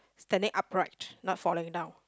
standing upright not falling down